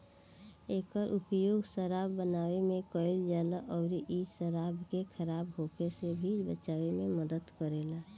एकर उपयोग शराब बनावे में कईल जाला अउरी इ शराब के खराब होखे से भी बचावे में मदद करेला